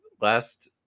last